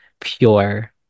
pure